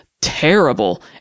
terrible